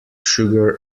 sugar